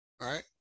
right